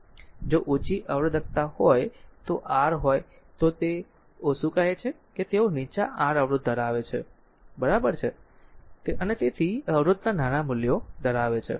જો ઓછી અવરોધકતા હોય તો r હોય તેઓ શું કહે છે કે તેઓ નીચા r અવરોધ ધરાવે છે બરાબર છે અને તેથી અવરોધના નાના મૂલ્યો ધરાવે છે